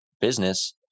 business